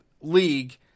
league